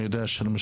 אני יודע שלמשל,